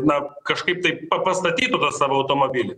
na kažkaip taip pa pastatytų savo automobilį